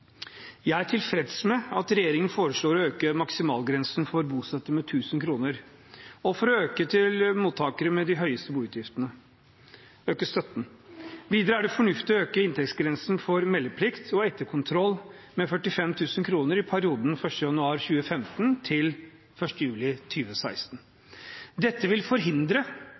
Jeg er tilfreds med at regjeringen foreslår å øke maksimalgrensen for bostøtte med 1 000 kr og å øke støtten til mottakere med de høyeste boutgiftene. Videre er det fornuftig å øke inntektsgrensen for meldeplikt og etterkontroll med 45 000 kr i perioden 1. januar 2015 til 1. juli 2016. Dette vil forhindre